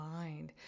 mind